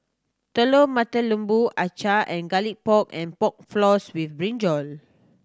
Telur Mata Lembu acar and Garlic Pork and Pork Floss with brinjal